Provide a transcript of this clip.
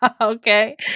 Okay